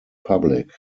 public